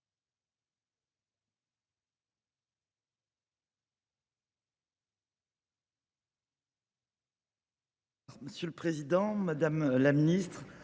Monsieur le président, madame la ministre,